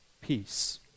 peace